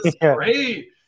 great